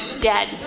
dead